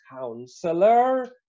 counselor